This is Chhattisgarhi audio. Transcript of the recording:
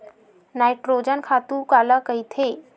नाइट्रोजन खातु काला कहिथे?